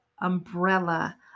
umbrella